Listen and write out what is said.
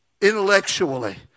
intellectually